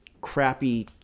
crappy